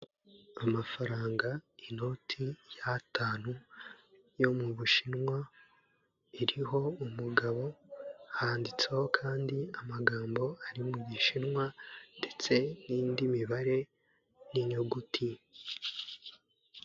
Amafaranga inoti y'atanu yo mu bushinwa iriho umugabo handitseho kandi amagambo ari mu gishinwa ndetse n'indi mibare n'inyuguti.